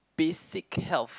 basic health